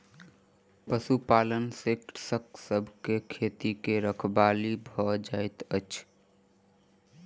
पशुपालन से कृषक सभ के खेती के रखवाली भ जाइत अछि